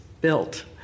built